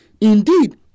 indeed